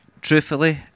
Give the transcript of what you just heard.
Truthfully